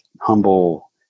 humble